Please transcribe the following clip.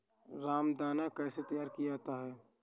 रामदाना कैसे तैयार किया जाता है?